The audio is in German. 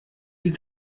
die